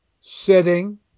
sitting